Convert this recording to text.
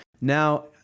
now